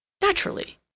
Naturally